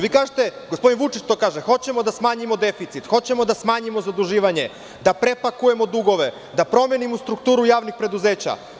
Vi kažete, gospodin Vučić to kaže – hoćemo da smanjimo deficit, hoćemo da smanjimo zaduživanje, da prepakujemo dugove, da promenimo strukturu javnih preduzeća.